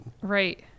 Right